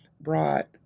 brought